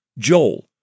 Joel